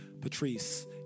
Patrice